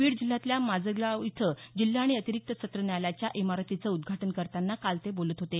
बीड जिल्ह्यातल्या माजलगाव इथं जिल्हा आणि अतिरिक्त सत्र न्यायालयाच्या इमारतीचा उद्घाटन करतांना काल ते बोलत होते